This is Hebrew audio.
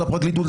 לפרקליטות,